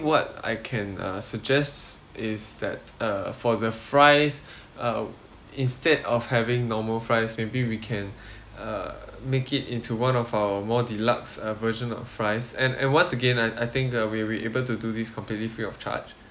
what I can uh suggest is that uh for the fries uh instead of having normal fries maybe we can uh make it into one of our more deluxe uh version of fries and and once again I I think uh we will be able to do this completely free of charge